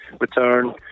return